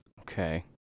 Okay